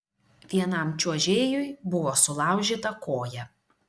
vienam čiuožėjui buvo sulaužyta koja